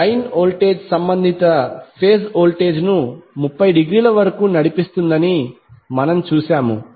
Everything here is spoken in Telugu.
లైన్ వోల్టేజ్ సంబంధిత ఫేజ్ వోల్టేజ్ను 30 డిగ్రీల వరకు నడిపిస్తుందని మనము చూశాము